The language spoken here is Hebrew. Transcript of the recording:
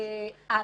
אנא,